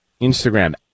Instagram